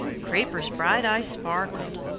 creeper's bright eyes sparkled.